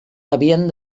havien